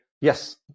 Yes